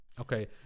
Okay